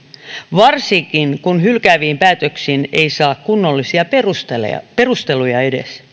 varsinkin kun hylkääviin päätöksiin ei saa edes kunnollisia perusteluja perusteluja